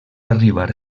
arribar